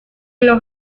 los